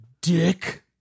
dick